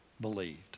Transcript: believed